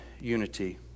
unity